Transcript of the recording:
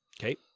Okay